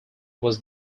was